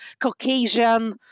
Caucasian